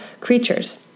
creatures